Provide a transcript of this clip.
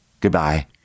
Goodbye